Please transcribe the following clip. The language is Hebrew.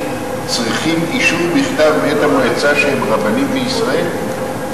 צריכים אישור בכתב מאת המועצה שהם רבנים בישראל?